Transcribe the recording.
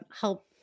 help